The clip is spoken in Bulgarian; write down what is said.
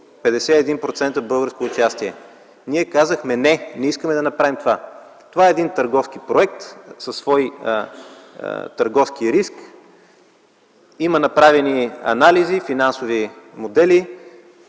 51% българско участие”. Ние казахме: „Не, не искаме да направим това”. Това е един търговски проект със свой търговски риск, има направени анализи и финансови модели.